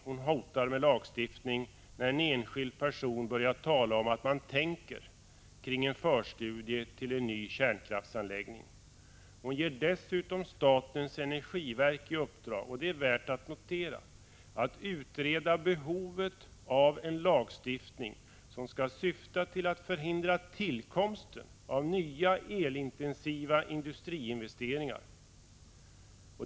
Hon hotar med lagstiftning, när en enskild person börjar tala om att man har tankar om en förstudie till en ny kärnkraftsanläggning. Hon ger dessutom statens energiverk i uppdrag — och det är värt att notera — att utreda behovet av en lagstiftning som skall syfta till att förhindra tillkomsten av nya elintensiva industriinvesteringar.